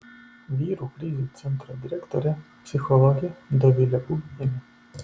vyrų krizių centro direktorė psichologė dovilė bubnienė